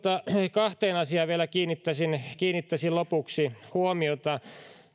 kahteen asiaan vielä kiinnittäisin lopuksi huomiota